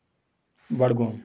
Budgam